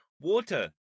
water